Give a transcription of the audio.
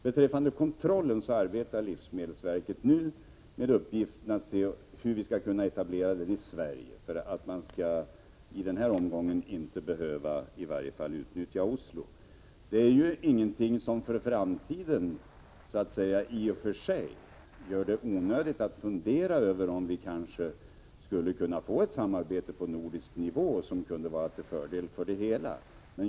Beträffande kontrollen arbetar livsmedelsverket med uppgiften att se om vi skall kunna etablera den i Sverige, så att vi i varje fall den här omgången inte behöver utnyttja Oslo. Detta är i och för sig inte någonting som gör det onödigt att fundera över om vi skall kunna få ett samarbete på nordisk nivå som kunde vara till fördel för alla.